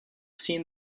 seen